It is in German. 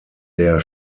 der